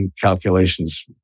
calculations